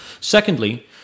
Secondly